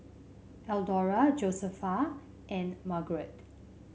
Eldora Josefa and Margarett